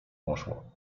poszło